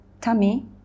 tummy